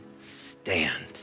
stand